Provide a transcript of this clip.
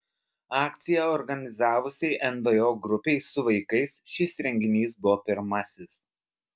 akciją organizavusiai nvo grupei su vaikais šis renginys buvo pirmasis